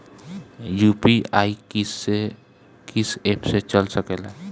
UPI किस्से कीस app से चल सकेला?